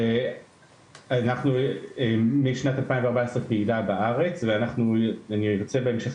ואנחנו משנת 2014 פעילה בארץ ואני ארצה בהמשך